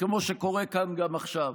וכמו שקורה כאן גם עכשיו.